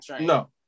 no